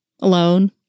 alone